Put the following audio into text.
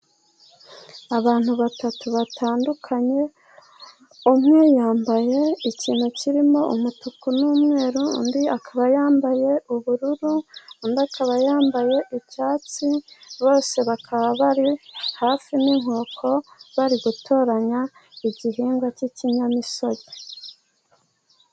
Abantu batatu batandukanye umwe yambaye ikintu kirimo umutuku n'umweru, undi akaba yambaye ubururu, undi akaba yambaye icyatsi. Bose bakaba bari hafi n'inkoko bari gutoranya igihingwa cy'ikinyamisogwe.